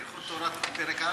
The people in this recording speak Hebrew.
הלכות תלמוד תורה פרק א'?